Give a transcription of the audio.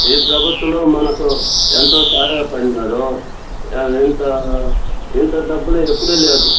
ఈ ప్రభుత్వము మనకు ఎంతో సహాయపడినారు ఇంత ఇంత డబ్బులు ఎప్పుడు లేదు